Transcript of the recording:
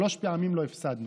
שלוש פעמים לא הפסדנו.